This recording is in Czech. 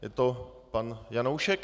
Je to pan Janoušek?